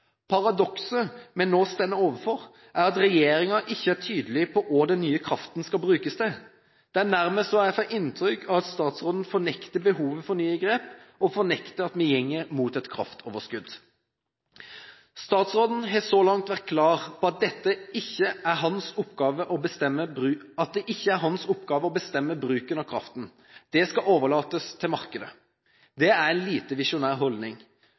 vi nå står overfor, er at regjeringen ikke er tydelig på hva den nye kraften skal brukes til. Det er nærmest så jeg får inntrykk av at statsråden fornekter behovet for nye grep og fornekter at vi går mot et kraftoverskudd. Statsråden har så langt vært klar på at det ikke er hans oppgave å bestemme bruken av kraften, det skal overlates til markedet. Det er en lite visjonær holdning.